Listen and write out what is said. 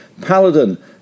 Paladin